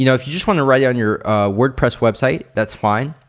you know if you just want to write on your wordpress website that's fine.